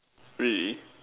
really